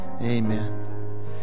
Amen